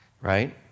Right